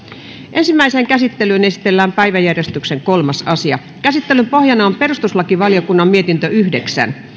ensimmäiseen käsittelyyn esitellään päiväjärjestyksen kolmas asia käsittelyn pohjana on perustuslakivaliokunnan mietintö yhdeksän